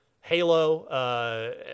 Halo